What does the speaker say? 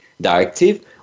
directive